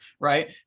right